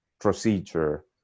procedure